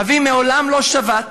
אבי מעולם לא שבת,